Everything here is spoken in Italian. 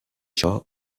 ciò